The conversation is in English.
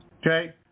Okay